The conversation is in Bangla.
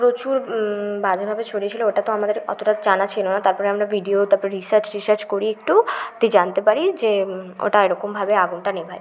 প্রচুর বাজেভাবে ছড়িয়েছিলো ওটা তো আমাদের অতটা জানা ছিলো না তারপরে আমরা ভিডিও তারপর রিসার্চ টিসার্চ করি একটু দিয়ে জানতে পারি যে ওটা এরকমভাবে আগুনটা নেভায়